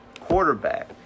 quarterback